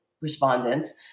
respondents